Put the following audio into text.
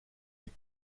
des